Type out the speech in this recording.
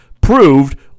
proved